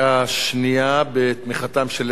בתמיכתם של 23 חברי כנסת,